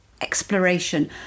exploration